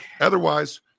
otherwise